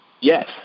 Yes